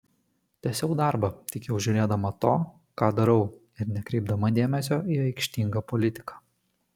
tęsiau darbą tik jau žiūrėdama to ką darau ir nekreipdama dėmesio į aikštingą politiką